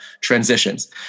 transitions